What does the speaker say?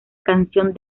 canción